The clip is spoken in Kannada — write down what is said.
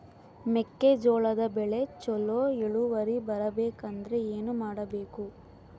ಮೆಕ್ಕೆಜೋಳದ ಬೆಳೆ ಚೊಲೊ ಇಳುವರಿ ಬರಬೇಕಂದ್ರೆ ಏನು ಮಾಡಬೇಕು?